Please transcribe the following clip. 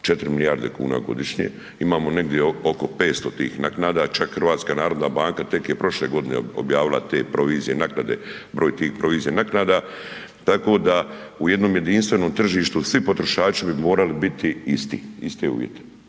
4 milijarde kuna godišnje. Imamo negdje oko 500 tih naknada čak HNB tek je prošle godine objavila te provizije, naknade, broj tih provizija, naknada, tako da u jednom jedinstvenom tržištu svi potrošači bi morali biti isti. Iste uvjete,